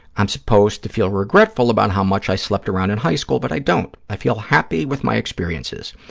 i'm supposed to feel regretful about how much i slept around in high school, but i don't. i feel happy with my experiences.